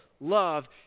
love